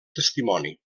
testimoni